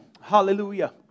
Hallelujah